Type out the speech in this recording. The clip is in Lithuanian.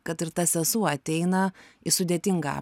kad ir ta sesuo ateina į sudėtingą